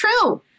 true